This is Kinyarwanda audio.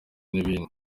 n’ibindi